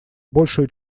большую